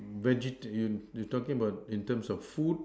vegetarian you talking about in terms of food